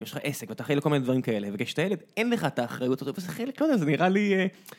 ויש לך עסק ואתה אחראי לכל מיני דברים כאלה, וכשאתה ילד, אין לך את האחריות הזאת, וזה חלק, לא יודע, זה נראה לי...